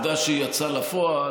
ועל העובדה שהיא יצאה לפועל.